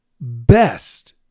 best